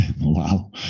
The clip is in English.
Wow